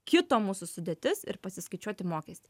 kito mūsų sudėtis ir pasiskaičiuoti mokestį